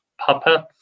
puppets